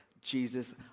Jesus